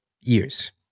years